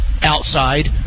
outside